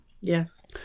Yes